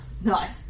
nice